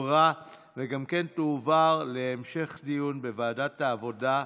עברה ותועבר להמשך דיון בוועדת העבודה והרווחה.